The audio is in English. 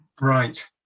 Right